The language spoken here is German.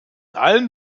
allen